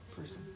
person